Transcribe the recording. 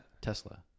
Tesla